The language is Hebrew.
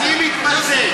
אני מתנצל,